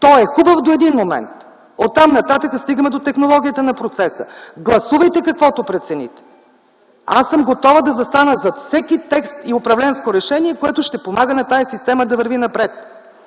Той е хубав до един момент, оттам нататък стигаме до технологията на процеса. Гласувайте каквото прецените. Аз съм готова да застана зад всеки текст и управленско решение, което ще помага на системата да върви напред,